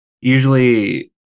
Usually